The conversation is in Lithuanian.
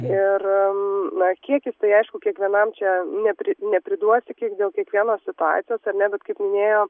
ir na kiekis tai aišku kiekvienam čia nepri nepriduosi kiek dėl kiekvienos situacijos ar ne bet kaip minėjo